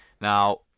Now